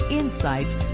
insights